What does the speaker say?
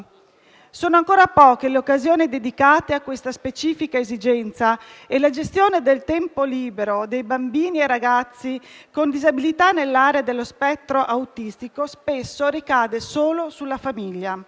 Sono ancora poche le occasioni dedicate a questa specifica esigenza e la gestione del tempo libero dei bambini e dei ragazzi con disabilità nell'area dello spettro autistico spesso ricade solo sulla famiglia.